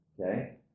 Okay